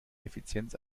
effizienz